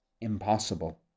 impossible